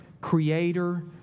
creator